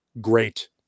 great